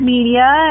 Media